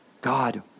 God